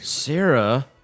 Sarah